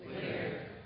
Clear